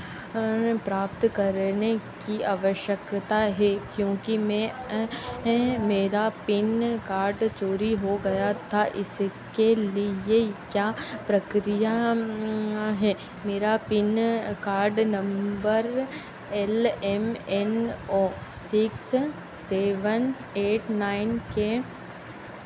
प्राप्त करने की आवश्यकता है क्योंकि मैं मेरा पैन कार्ड चोरी हो गया था इसके लिए क्या प्रक्रिया है मेरा PIN card number L M N O six seven eight nine के